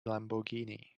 lamborghini